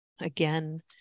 Again